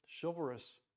chivalrous